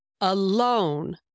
alone